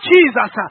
Jesus